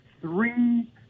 three